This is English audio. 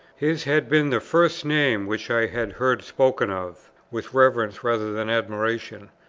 his had been the first name which i had heard spoken of, with reverence rather than admiration,